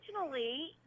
originally